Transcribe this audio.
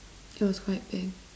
it was quite big